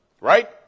Right